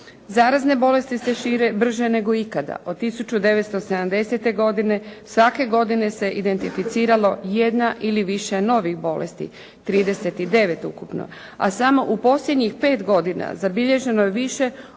Zarazne bolesti se šire brže nego ikada. Od 1970.-te godine svake godine se identificiralo jedna ili više novih bolesti, 39 ukupno, a samo u posljednjih 5 godina zabilježeno je više od